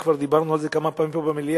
וכבר דיברנו עליה כמה פעמים במליאה,